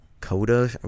Coda